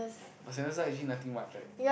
but Sentosa actually nothing much right